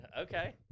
Okay